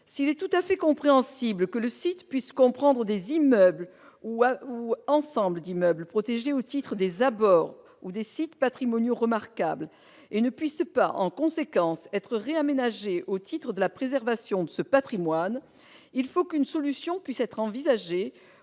S'il est tout à fait compréhensible que le site comprenne des immeubles ou ensembles d'immeubles protégés au titre des abords ou des sites patrimoniaux remarquables et ne puisse pas, en conséquence, être réaménagé au titre de la préservation de ce patrimoine, il faut qu'une solution puisse être envisagée